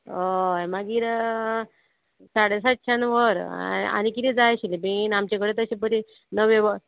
अय मागीर साडे सातश्या व्हर आनी किदें जाय आशिल्लें बीन आमचे कडेन तशें बरीं नवें व